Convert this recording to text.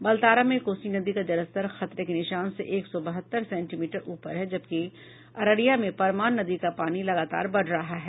बलतारा में कोसी नदी का जलस्तर खतरे के निशान से एक सौ बहत्तर सेंटीमीटर ऊपर है जबकि अररिया में परमान नदी का पानी लगातार बढ़ रहा है